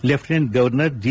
lieutenant governor G